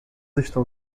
estão